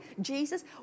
Jesus